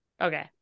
Okay